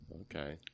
Okay